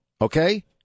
okay